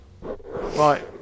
right